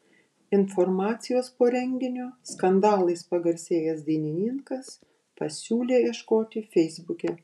informacijos po renginio skandalais pagarsėjęs dainininkas pasiūlė ieškoti feisbuke